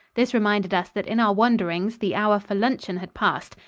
this reminded us that in our wanderings the hour for luncheon had passed.